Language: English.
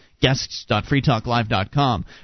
Guests.FreeTalkLive.com